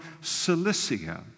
Cilicia